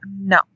No